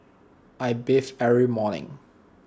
I bathe every morning